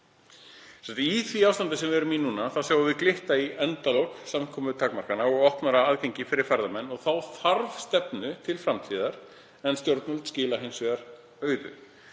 Í því ástandi sem við erum í núna sjáum við glitta í endalok samkomutakmarkana og opnara aðgengi fyrir ferðamenn. Þá þarf stefnu til framtíðar, en stjórnvöld skiluðu hins vegar auðu.